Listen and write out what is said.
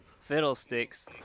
Fiddlesticks